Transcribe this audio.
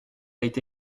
été